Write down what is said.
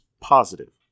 positive